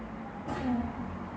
mm